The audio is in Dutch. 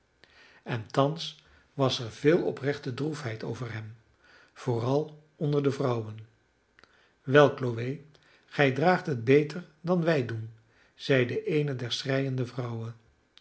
en thans was er veel oprechte droefheid over hem vooral onder de vrouwen wel chloe gij draagt het beter dan wij doen zeide eene der schreiende vrouwen